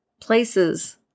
Places